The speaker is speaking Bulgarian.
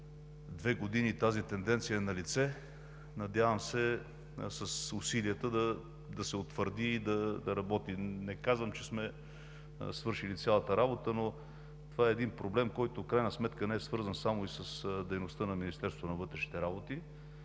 две години тази тенденция е налице. Надявам се с усилията да се утвърди и да работи. Не казвам, че сме свършили цялата работа, но това е един проблем, който в крайна сметка не е свързан само и с дейността на Министерството на вътрешните работи.